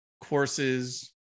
courses